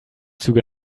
züge